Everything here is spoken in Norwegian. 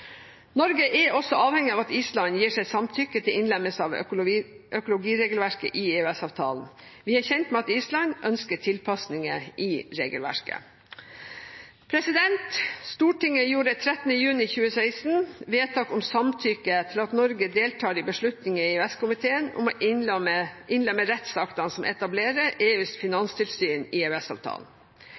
Norge er også avhengig av at Island gir sitt samtykke til innlemmelse av økologiregelverket i EØS-avtalen. Vi er kjent med at Island ønsker tilpasninger i regelverket. Stortinget gjorde 13. juni 2016 vedtak om samtykke til at Norge deltar i beslutninger i EØS-komiteen om å innlemme rettsaktene som etablerer EUs finanstilsyn, i